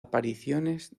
apariciones